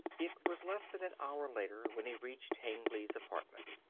it was less than an hour later when he reached hengly's apartment.